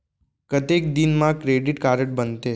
कतेक दिन मा क्रेडिट कारड बनते?